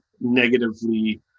negatively